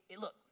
look